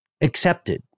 accepted